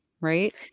Right